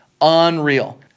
unreal